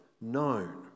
known